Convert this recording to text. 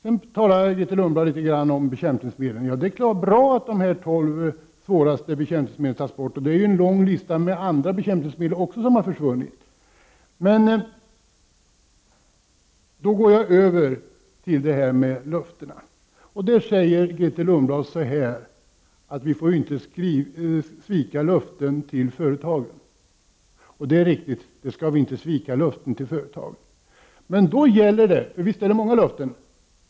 Sedan talar Grethe Lundblad litet om bekämpningsmedlen. Ja, det är bra att de tolv svåraste bekämpningsmedlen tas bort. Det finns ju en lång lista med andra bekämpningsmedel som också har försvunnit. Grethe Lundblad säger att vi inte får svika löften till företagen, och det är riktigt. Och visst är det många löften.